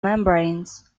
membranes